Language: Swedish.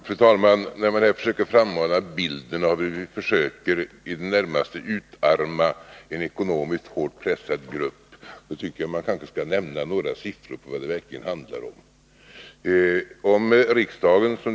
Fru talman! Eftersom man vill frammana bilden av hur vi försöker i det närmaste utarma en ekonomiskt hårt pressad grupp, tycker jag det är nödvändigt att nämna några siffror på vad det verkligen handlar om.